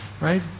right